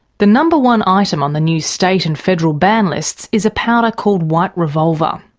the number one item on the new state and federal ban lists is a powder called white revolver.